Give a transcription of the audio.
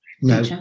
No